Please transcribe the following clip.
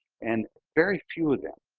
and very few of them,